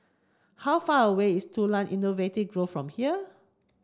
how far away is Tulang Innovating Grove from here